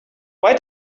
why